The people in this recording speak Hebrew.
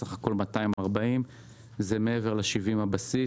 בסך הכול 240 מיליון שקל.